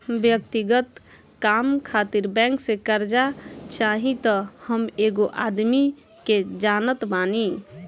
व्यक्तिगत काम खातिर बैंक से कार्जा चाही त हम एगो आदमी के जानत बानी